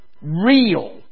real